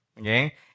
Okay